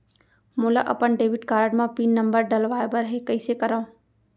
मोला अपन debit card म पिन नंबर डलवाय बर हे कइसे करव?